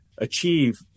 achieve